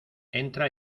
entra